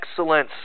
excellence